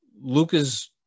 Luca's